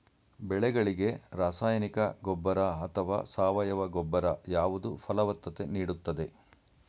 ಬೆಳೆಗಳಿಗೆ ರಾಸಾಯನಿಕ ಗೊಬ್ಬರ ಅಥವಾ ಸಾವಯವ ಗೊಬ್ಬರ ಯಾವುದು ಫಲವತ್ತತೆ ನೀಡುತ್ತದೆ?